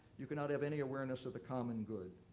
you cannot have any awareness of the common good.